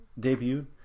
debuted